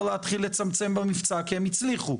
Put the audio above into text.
להתחיל לצמצם במבצע כי הם הצליחו.